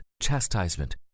chastisement